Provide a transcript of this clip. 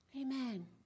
Amen